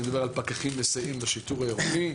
אני מדבר על פקחים מסייעים לשיטור העירוני.